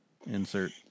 insert